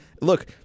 Look